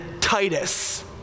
Titus